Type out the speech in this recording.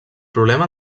problema